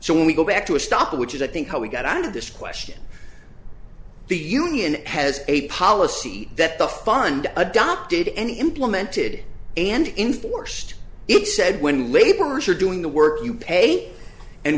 so when we go back to a stop which is i think how we got on to this question the union has a policy that the fund adopted and implemented and enforced it said when laborers are doing the work you pay and